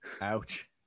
Ouch